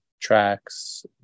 tracks